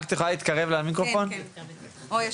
אני רק